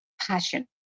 passion